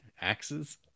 Axes